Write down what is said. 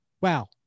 wow